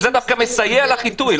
שזה דווקא מסייע לחיטוי?